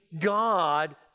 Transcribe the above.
God